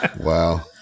Wow